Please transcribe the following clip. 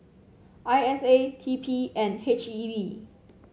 I S A T P and H E B